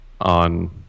on